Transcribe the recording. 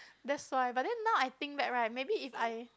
that's why but then now I think back right maybe if I